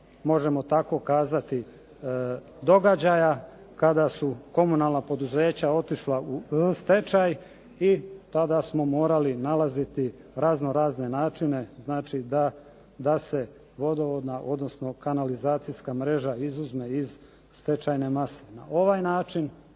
možemo tako kazati događaja, kada su komunalna poduzeća otišla u stečaj i tada smo morali nalaziti raznorazne načine, znači da se vodovodna, odnosno kanalizacijska mreža izuzme iz stečajne mase. Na ovaj način